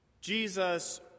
Jesus